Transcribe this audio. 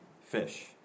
fish